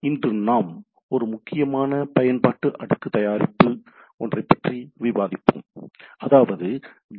இன்று நாம் ஒரு முக்கியமான பயன்பாட்டு அடுக்கு தயாரிப்பு ஒன்றைப் பற்றி விவாதிப்போம் அதாவது டி